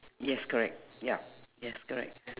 yes correct ya yes correct